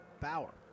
Bauer